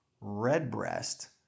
redbreast